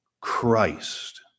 Christ